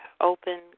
open